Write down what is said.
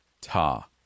Ta